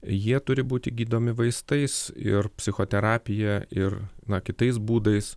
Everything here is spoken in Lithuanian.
jie turi būti gydomi vaistais ir psichoterapija ir na kitais būdais